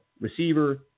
Receiver